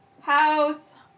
House